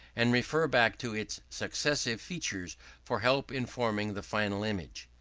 and refer back to its successive features for help in forming the final image.